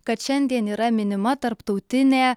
kad šiandien yra minima tarptautinė